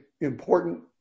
important